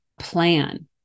plan